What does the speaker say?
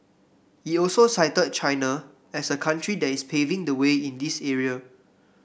he also cited China as a country that is paving the way in this area